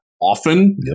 Often